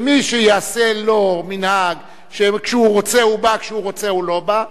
שמי שיעשה לו מנהג שכשהוא רוצה הוא בא וכשהוא רוצה הוא לא בא,